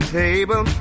table